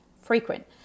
frequent